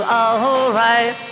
alright